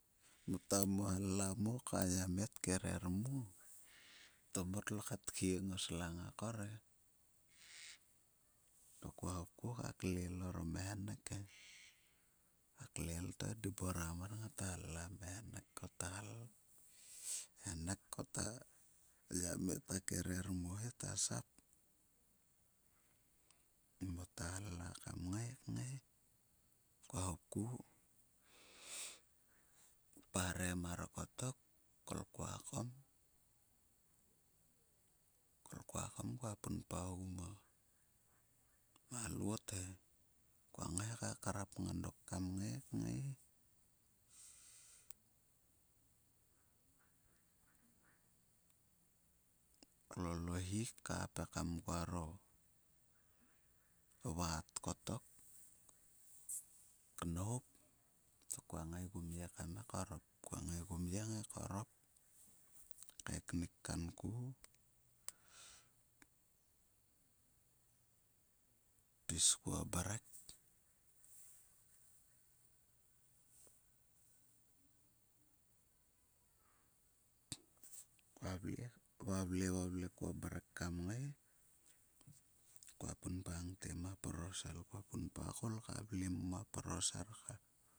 Mota mo hallam muo ko a yamme tkerer muo to mtolo kat khieng o slang o kor e. Kuaâ hopku ka klele orom e henek he. Kua klel to e debora mar ngata hallam e henek ko ta. A yamme ta kere muo he ta sap. Mota halla kam ngai kngai, kua hopku parem mar kottok kol kua kom. Kua kom kua punpa ogu ma lot he. Kua ngai ka krap nga dok kam ngai. Klol o hi kap eakam kuaro vat kottok knop kua ngai gu mhe kam ngai korop. Kua ngaigu kororp kaeknuk kanku. Pis kuo nrek valve valve kuo mrek kamngai kua punpa tema plorosel. Kua pampa ngte ma plorosel to ko kaeknik ogua mrek. Ta soslok to ko.